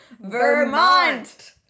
Vermont